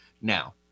Now